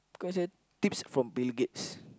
cause it's a tips from Bill-Gates